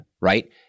right